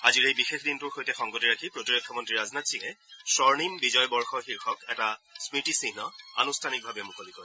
আজিৰ এই বিশেষ দিনটোৰ সৈতে সংগতি ৰাখি প্ৰতিৰক্ষামন্ত্ৰী ৰাজনাথ সিঙে স্বৰ্ণিম বিজয় বৰ্ষ শীৰ্ষক এটা স্মতিচিহ্ন আনুষ্ঠানিকভাৱে মুকলি কৰে